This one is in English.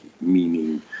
meaning